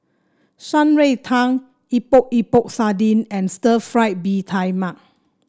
Shan Rui Tang Epok Epok Sardin and Stir Fried Mee Tai Mak